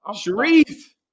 Sharif